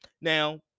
Now